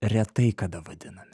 retai kada vadiname